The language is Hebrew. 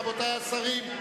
רבותי השרים,